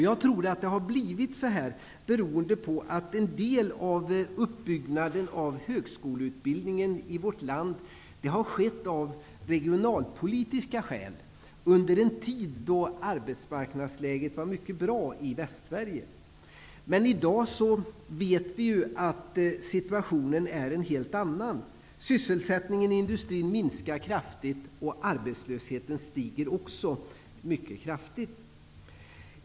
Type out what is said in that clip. Jag tror att det har blivit så här beroende på att en del av uppbyggnaden av högskoleutbildningen i vårt land har skett av regionalpolitiska skäl, under en tid då arbetsmarknadsläget var mycket bra i Västsverige. Men i dag vet vi att situationen är en helt annan. Sysselsättningen i industrin minskar kraftigt, och arbetslösheten stiger kraftigt.